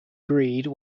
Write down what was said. breed